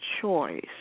choice